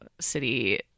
city